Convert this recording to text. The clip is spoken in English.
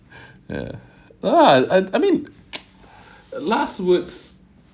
ya no lah I I mean last words